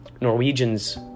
Norwegians